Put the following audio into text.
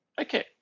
okay